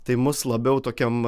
tai mus labiau tokiam